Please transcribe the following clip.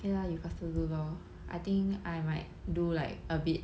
K lah you faster do lor though I think I might do like a bit